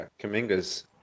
Kaminga's